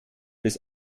bis